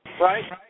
Right